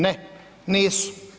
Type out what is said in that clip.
Ne, nisu.